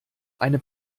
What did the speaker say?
eine